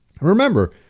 Remember